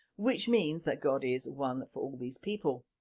which means that god is one for all these people.